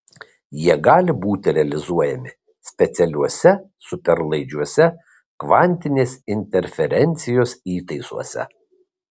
jie gali būti realizuojami specialiuose superlaidžiuose kvantinės interferencijos įtaisuose